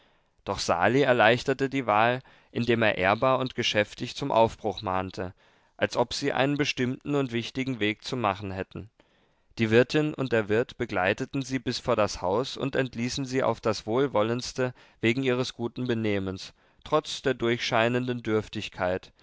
doch sali erleichterte die wahl indem er ehrbar und geschäftig zum aufbruch mahnte als ob sie einen bestimmten und wichtigen weg zu machen hätten die wirtin und der wirt begleiteten sie bis vor das haus und entließen sie auf das wohlwollendste wegen ihres guten benehmens trotz der durchscheinenden dürftigkeit